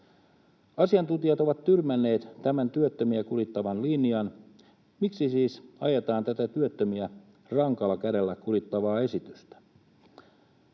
Asiantuntijat ovat tyrmänneet tämän työttömiä kurittavan linjan — miksi siis ajetaan tätä työttömiä rankalla kädellä kurittavaa esitystä?